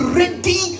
ready